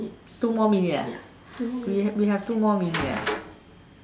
two more minute leh we have we have two more minute leh